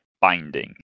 binding